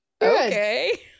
okay